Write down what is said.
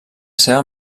seva